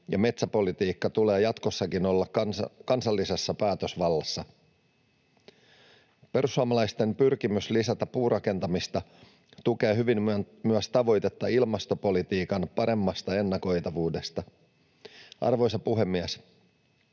ja metsäpolitiikan tulee jatkossakin olla kansallisessa päätösvallassa. Perussuomalaisten pyrkimys lisätä puurakentamista tukee hyvin myös tavoitetta ilmastopolitiikan paremmasta ennakoitavuudesta. Arvoisa puhemies!